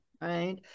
Right